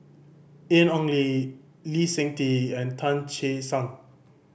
Ian Ong Li Lee Seng Tee and Tan Che Sang